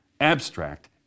abstract